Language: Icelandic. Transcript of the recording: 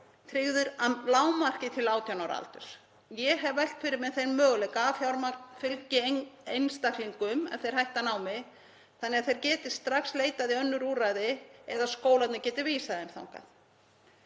tryggður að lágmarki til 18 ára aldurs. Ég hef velt fyrir mér þeim möguleika að fjármagn fylgi einstaklingum ef þeir hætta námi þannig að þeir geti strax leitað í önnur úrræði eða að skólarnir geti vísað þeim þangað.